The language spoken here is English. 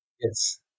Yes